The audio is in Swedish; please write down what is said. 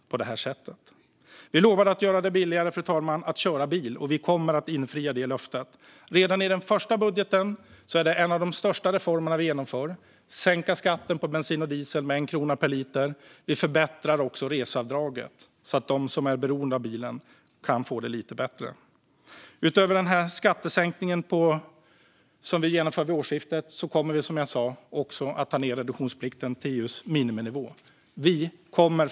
Fru talman! Vi lovade att göra det billigare att köra bil, och vi kommer att infria detta löfte. Redan i den första budgeten är en av de största reformerna vi genomför att sänka skatten på bensin och diesel med 1 krona per liter. Vi förbättrar också reseavdraget så att de som är beroende av bilen kan få det lite bättre. Utöver den skattesänkning som vi genomför vid årsskiftet kommer vi också, som jag sa, att ta ned reduktionsplikten till EU:s miniminivå. Fru talman!